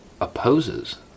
opposes